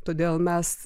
todėl mes